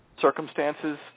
circumstances